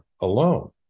alone